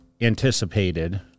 anticipated